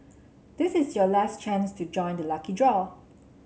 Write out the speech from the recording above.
this is your last chance to join the lucky draw